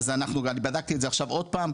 אז בדקתי את זה עכשיו עוד פעם,